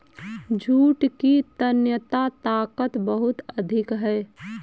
jute की तन्यता ताकत बहुत अधिक है